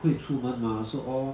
不可以出门嘛 so all